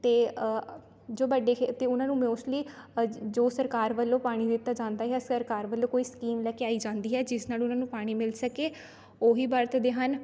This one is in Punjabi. ਅਤੇ ਜੋ ਵੱਡੇ ਖੇ ਅਤੇ ਉਹਨਾਂ ਨੂੰ ਮੋਸਟਲੀ ਜੋ ਸਰਕਾਰ ਵੱਲੋਂ ਪਾਣੀ ਦਿੱਤਾ ਜਾਂਦਾ ਜਾਂ ਸਰਕਾਰ ਵੱਲੋਂ ਕੋਈ ਸਕੀਮ ਲੈ ਕੇ ਆਈ ਜਾਂਦੀ ਹੈ ਜਿਸ ਨਾਲ ਉਹਨਾਂ ਨੂੰ ਪਾਣੀ ਮਿਲ ਸਕੇ ਉਹੀ ਵਰਤਦੇ ਹਨ